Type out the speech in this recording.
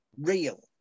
real